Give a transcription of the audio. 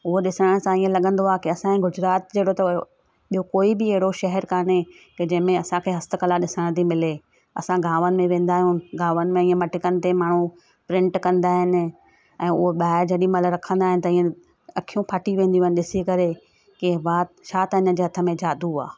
उहो ॾिसण सां ये लॻंदा आहे की असांजी गुजरात जेको त हुओ ॿियों कोई बि अहिड़ो शहरु कोन्हे कीअं जंहिंमें असांखे हस्तकला ॾिसण थी मिले असां गांवनि में वेंदा आहियूं गांवनि में ईअं मटकनि ते माण्हू प्रिंट कंदा आहिनि ऐं उहे ॿाहिरि जेॾी महिल रखंदा आहिनि अख़ियूं फाटी वेंदियूं आहिनि ॾिसी करे कीअं वाह छा त हिन जे हथ में जादू आहे